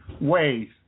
ways